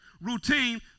routine